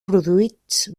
produïts